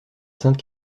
sainte